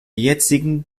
jetzigen